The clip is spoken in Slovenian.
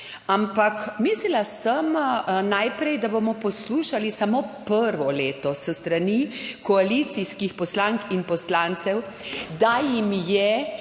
Ampak mislila sem najprej, da bomo poslušali samo prvo leto s strani koalicijskih poslank in poslancev, da jim je